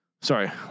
sorry